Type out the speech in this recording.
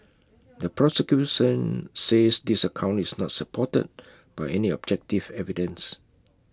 the prosecution says this account is not supported by any objective evidence